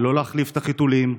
בלי החלפת חיתולים.